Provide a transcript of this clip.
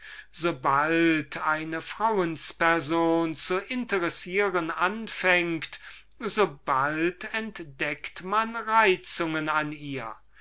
sobald eine frauensperson zu interessieren anfängt sobald entdeckt man reizungen an ihr